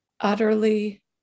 utterly